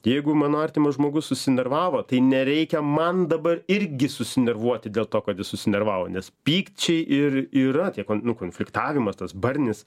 jeigu mano artimas žmogus susinervavo tai nereikia man dabar irgi susinervuoti dėl to kad ji susinervavo nes pykčiai ir yra tie nu konfiktavimas tas barnis